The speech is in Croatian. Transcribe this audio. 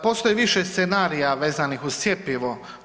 Postoji više scenarija vezanih uz cjepivo.